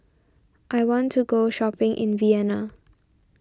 I want to go shopping in Vienna